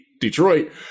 Detroit –